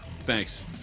Thanks